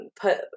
put